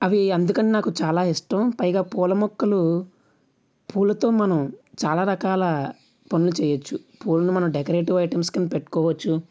అవి అందుకని నాకు చాలా ఇష్టం పైగా పూలమొక్కలు పూలతో మనం చాలా రకాల పనులు చేయవచ్చు పూలను మనం డెకరేటివ్ ఐటమ్స్ కింద పెట్టుకోవచ్చు